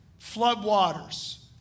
floodwaters